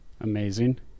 Amazing